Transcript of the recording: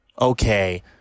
okay